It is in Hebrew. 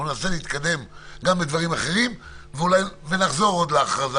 אנחנו ננסה להתקדם גם בדברים אחרים ונחזור כעוד להכרזה